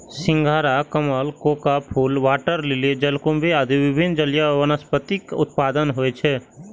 सिंघाड़ा, कमल, कोका फूल, वाटर लिली, जलकुंभी आदि विभिन्न जलीय वनस्पतिक उत्पादन होइ छै